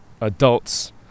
adults